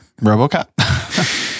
Robocop